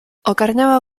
ogarnęło